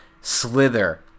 slither